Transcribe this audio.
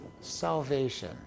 salvation